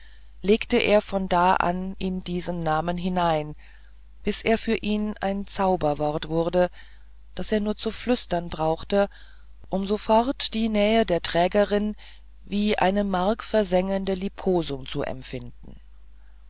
legte er von da an in diesen namen hinein bis er für ihn ein zauberwort wurde das er nur zu flüstern brauchte um sofort die nähe der trägerin wie eine markversengende liebkosung zu empfinden